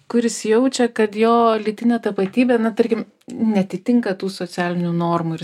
kuris jaučia kad jo lytinė tapatybė na tarkim neatitinka tų socialinių normų ir jis